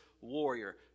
warrior